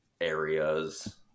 areas